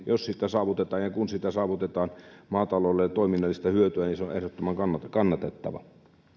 jos siitä saavutetaan ja kun siitä saavutetaan maatalolle toiminnallista hyötyä se on ehdottoman kannatettava